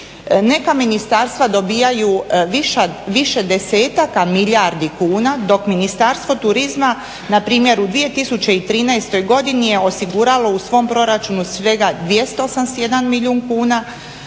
Neka ministarstva dobijaju više desetaka milijardi kuna dok Ministarstvo turizma na primjer u 2013. godini je osiguralo u svom proračunu svega 281 milijun kuna,